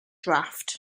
draft